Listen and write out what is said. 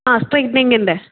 ആ സ്ട്രൈറ്റനിങ്ങിൻ്റെ